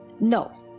No